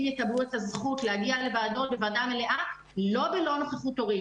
יקבלו את הזכות להגיע לוועדה מלאה לא בלי נוכחות הורים